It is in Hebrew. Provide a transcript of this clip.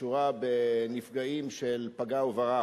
שקשורה בנפגעים של פגע-וברח,